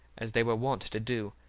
as they were wont to do,